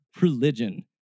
religion